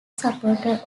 supporter